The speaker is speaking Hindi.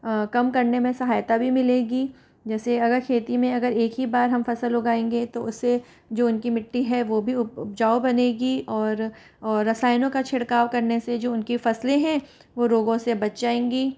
कम करने में सहायता भी मिलेगी जैसे अगर खेती में अगर एक ही बार हम फसल उगाएँगे तो उसे जो उनकी मिट्टी है वो भी उप उपजाऊ बनेगी और और रसायनों का छिड़काव करने से जो उनकी फसलें हैं वो रोगों से बच जाएँगी